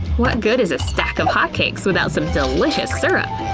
what good is a stack of hot cakes without some delicious syrup?